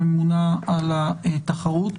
הממונה על התחרות.